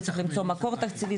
וצריך למצוא מקור תקציבי,